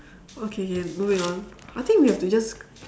okay moving on I think we have to just